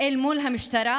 אל מול המשטרה,